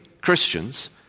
Christians